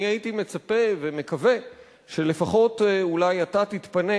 אני הייתי מצפה ומקווה שלפחות אולי אתה תתפנה